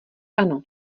ano